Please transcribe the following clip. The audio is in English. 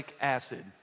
acid